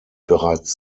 bereits